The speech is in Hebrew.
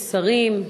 שרים,